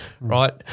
right